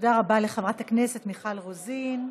תודה רבה לחברת הכנסת מיכל רוזין.